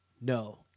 No